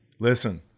listen